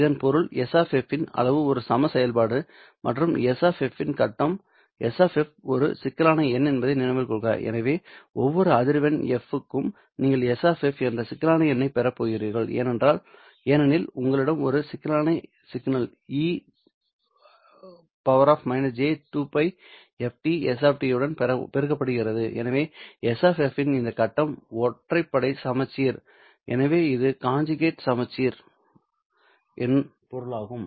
இதன் பொருள் S இன் அளவு ஒரு சம செயல்பாடு மற்றும் S இன் கட்டம் S ஒரு சிக்கலான எண் என்பதை நினைவில் கொள்க எனவே ஒவ்வொரு அதிர்வெண் f க்கும் நீங்கள் S என்ற சிக்கலான எண்ணைப் பெறப் போகிறீர்கள் ஏனெனில் உங்களிடம் ஒரு சிக்கலான signal e− j2 π ft s உடன் பெருக்கப்படுகிறது எனவே S இன் இந்த கட்டம் ஒற்றைப்படை சமச்சீர் எனவே இது கான்ஜுகேட் சமச்சீர் இன் பொருளாகும்